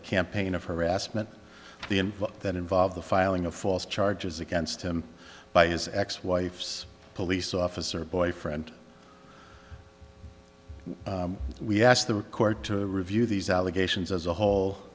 a campaign of harassment at the end that involved the filing a false charges against him by his ex wife's police officer boyfriend we asked the court to review these allegations as a whole